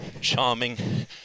charming